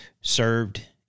served